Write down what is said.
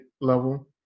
level